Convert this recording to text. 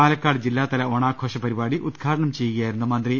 പാലക്കാട് ജില്ലാതല ഓണാഘോഷ പരിപാടി ഉദ്ഘാടനം ചെയ്യുകയായിരുന്നു മന്ത്രി